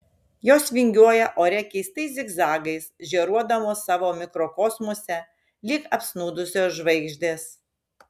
jos vingiuoja ore keistais zigzagais žėruodamos savo mikrokosmose lyg apsnūdusios žvaigždės